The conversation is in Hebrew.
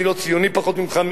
אני לא ציוני פחות ממך,